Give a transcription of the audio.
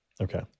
Okay